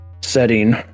setting